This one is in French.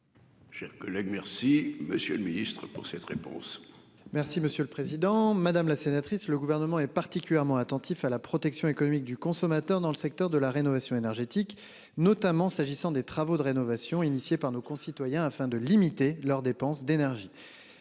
Chers collègues. Merci Monsieur le Ministre pour cette réponse. Merci monsieur le président, madame la sénatrice. Le gouvernement et particulièrement attentifs à la protection économique du consommateur dans le secteur de la rénovation énergétique, notamment s'agissant des travaux de rénovation initiée par nos concitoyens, afin de limiter leurs dépenses d'énergies.